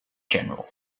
general